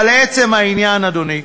אבל לעצם העניין, אדוני,